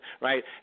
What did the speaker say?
right